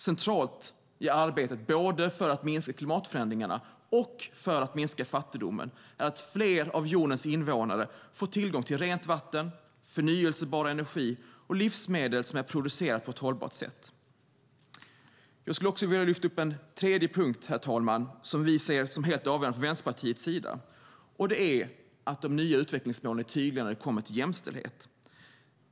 Centralt i arbetet både för att minska klimatförändringarna och för att minska fattigdomen är att fler av jordens invånare får tillgång till rent vatten, förnybar energi och livsmedel som är producerade på ett hållbart sätt. Herr talman! Jag skulle också vilja lyfta upp en tredje punkt, som vi från Vänsterpartiet ser som helt avgörande, och det är att de nya utvecklingsmålen är tydliga när det kommer till jämställdhet.